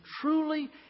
truly